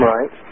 Right